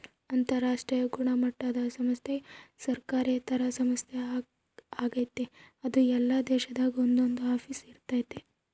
ಅಂತರಾಷ್ಟ್ರೀಯ ಗುಣಮಟ್ಟುದ ಸಂಸ್ಥೆಯು ಸರ್ಕಾರೇತರ ಸಂಸ್ಥೆ ಆಗೆತೆ ಅದು ಎಲ್ಲಾ ದೇಶದಾಗ ಒಂದೊಂದು ಆಫೀಸ್ ಇರ್ತತೆ